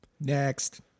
Next